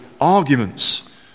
arguments